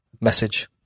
Message